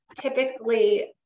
typically